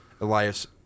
Elias